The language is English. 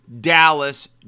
Dallas